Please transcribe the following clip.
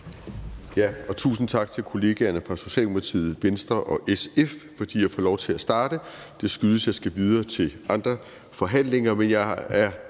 Tusind tak til kollegaerne fra Socialdemokratiet, Venstre og SF, fordi jeg får lov til at starte. Det skyldes, at jeg skal videre til andre forhandlinger.